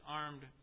armed